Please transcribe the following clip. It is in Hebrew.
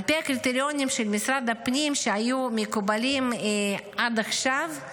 על פי הקריטריונים של משרד הפנים שהיו מקובלים עד עכשיו,